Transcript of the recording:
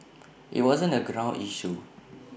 IT wasn't A ground issue